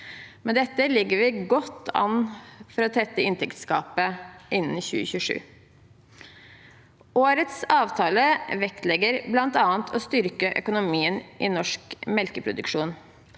Med dette ligger vi godt an for å tette inntektsgapet innen 2027. Årets avtale vektlegger bl.a. å styrke økonomien i norsk melkeproduksjon,